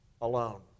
alone